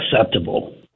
acceptable